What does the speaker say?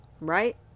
right